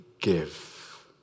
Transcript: give